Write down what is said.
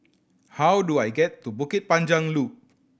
how do I get to Bukit Panjang Loop